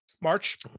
March